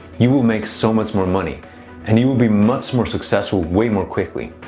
you will make so much more money and you will be much more successful way more quickly.